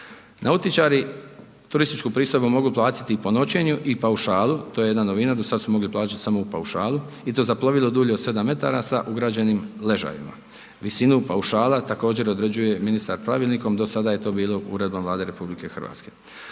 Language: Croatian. Nautičari turističku pristojbu mogu platiti i po noćenju i paušalu, to je jedna novina, do sada su mogli plaćati samo u paušalu i to za plovilo dulje od 7 metara sa ugrađenim ležajevima. Visinu paušala također određuje ministar pravilnikom do sada je to bilo Uredbom Vlade RH.